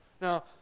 Now